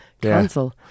Cancel